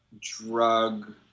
drug